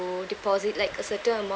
deposit like a certain amount